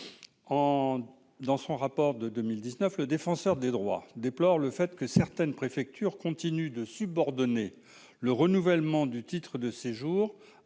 dans son rapport de 2019, le défenseur des droits, déplore le fait que certaines préfectures continue de subordonner le renouvellement du titre de séjour